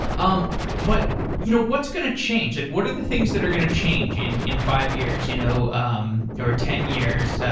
um but you know what's going to change? like what are the things that are going to change in in five years, you know um or ten years? so